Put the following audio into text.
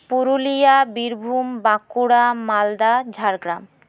Purulia Birbhum Bankura Malda Jhargram